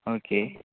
okay